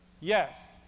Yes